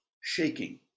shaking